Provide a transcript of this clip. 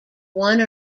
one